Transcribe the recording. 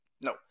No